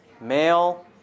male